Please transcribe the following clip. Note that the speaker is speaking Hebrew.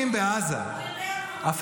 הוא יודע מה הוא רוצה.